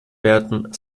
werden